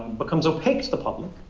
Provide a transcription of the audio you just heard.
becomes opaque to the public.